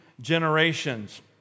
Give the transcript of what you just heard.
generations